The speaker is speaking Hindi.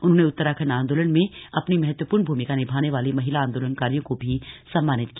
उन्होंने उत्तराखंड आंदोलन में अपनी महत्वपूर्ण भूमिका निभाने वाली महिला आंदोलनकारियों को भी सम्मानित किया